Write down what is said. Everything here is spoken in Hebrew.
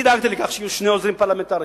אני דאגתי לכך שיהיו שני עוזרים פרלמנטריים.